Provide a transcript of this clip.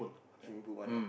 swimming pool one ah